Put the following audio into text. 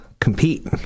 compete